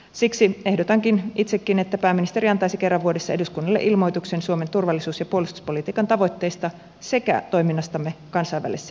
siksi ehdotankin itsekin että pääministeri antaisi kerran vuodessa eduskunnalle ilmoituksen suomen turvallisuus ja puolustuspolitiikan tavoitteista sekä toiminnastamme kansainvälisissä järjestöissä